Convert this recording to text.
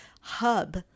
hub